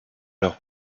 leurs